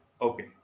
Okay